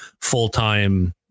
full-time